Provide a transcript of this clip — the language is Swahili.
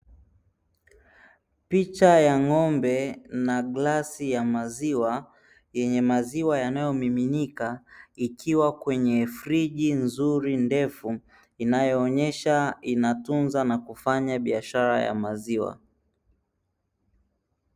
Picha ya ng'ombe na glasi ya maziwa yenye maziwa yanayomiminika ikiwa kwenye friji nzuri ndefu, inayoonyesha inatunza na kufanya biashara ya maziwa.